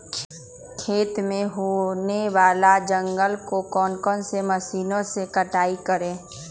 खेत में होने वाले जंगल को कौन से मशीन से कटाई करें?